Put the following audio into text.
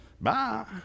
bye